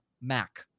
Mac